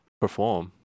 perform